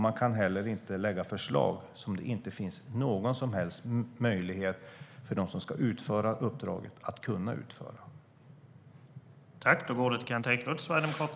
Man kan heller inte lägga fram förslag när det inte finns någon som helst möjlighet för dem som ska utföra uppdraget att utföra det.